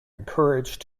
encouraged